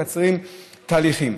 מקצרים תהליכים.